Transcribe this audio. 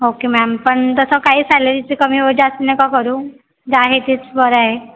okay ma'am पण तसं काही सॅलरीचं कमी जास्त नका करू जे आहे तेच बरं आहे